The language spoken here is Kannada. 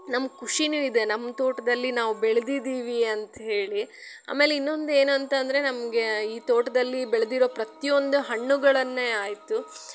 ನಮ್ಗೆ ಖುಷಿನೂ ಇದೆ ನಮ್ಮ ತೋಟದಲ್ಲಿ ನಾವು ಬೆಳ್ದೀದ್ದೀವಿ ಅಂತ ಹೇಳಿ ಆಮೇಲೆ ಇನ್ನೊಂದು ಏನು ಅಂತ ಅಂದರೆ ನಮಗೆ ಈ ತೋಡದಲ್ಲಿ ಬೆಳೆದಿರೋ ಪ್ರತಿ ಒಂದು ಹಣ್ಣುಗಳನ್ನೇ ಆಯಿತು